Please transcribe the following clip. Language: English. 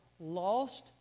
lost